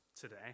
today